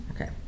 Okay